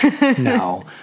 no